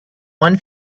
one